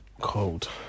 cold